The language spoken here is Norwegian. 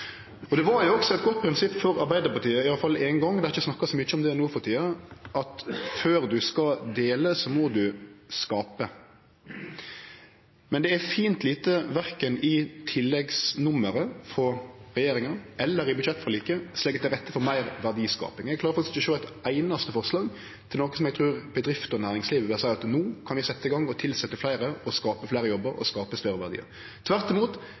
Det var jo også eit godt prinsipp for Arbeidarpartiet, iallfall ein gong – dei snakkar ikkje så mykje om det no for tida – at før ein skal dele, må ein skape. Men det er fint lite verken i tilleggsnummeret frå regjeringa eller i budsjettforliket som legg til rette for meir verdiskaping. Eg klarer faktisk ikkje å sjå eit einaste forslag til noko der eg trur bedrifter og næringsliv vil seie: No kan vi setje i gang og tilsetje fleire, skape fleire jobbar og skape større verdiar. Tvert imot,